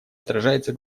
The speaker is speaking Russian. отражается